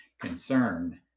concern